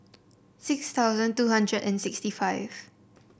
six thousand two hundred and sixty five